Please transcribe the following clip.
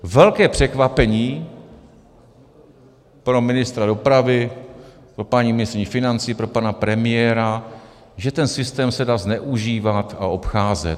Velké překvapení pro ministra dopravy, pro paní ministryni financí, pro pana premiéra, že ten systém se dá zneužívat a obcházet.